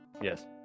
Yes